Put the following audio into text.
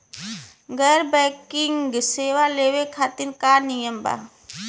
गैर बैंकिंग सेवा लेवे खातिर का नियम बा?